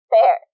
Fair